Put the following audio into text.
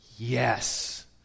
Yes